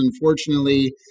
unfortunately